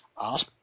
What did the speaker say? ask